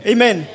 Amen